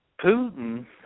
Putin